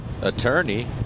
Attorney